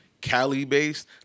Cali-based